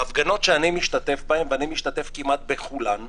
בהפגנות שאני משתתף בהן, ואני משתתף כמעט בכולן,